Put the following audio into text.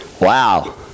wow